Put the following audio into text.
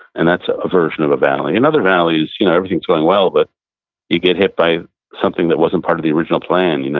and that's ah a version of a valley another valley is you know everything is going well, but you get hit by something that wasn't a part of the original plan. you know